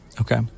Okay